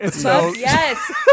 yes